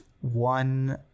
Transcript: one